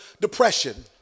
depression